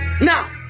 Now